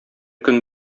көн